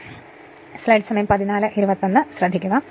ഈ കാര്യം നിങ്ങൾ മനസ്സിൽ സൂക്ഷിക്കണം